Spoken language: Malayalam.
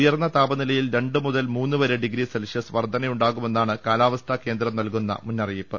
ഉയർന്ന താപനിലയിൽ രണ്ട് മുതൽ മൂന്ന് വരെ ഡിഗ്രീ സെൽഷ്യസ് വർദ്ധനയുണ്ടാകുമെന്നാണ് കാലാവസ്ഥാ കേന്ദ്രം നൽകുന്ന മുന്നറിയിപ്പ്